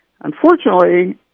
Unfortunately